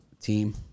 team